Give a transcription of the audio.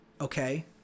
okay